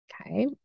okay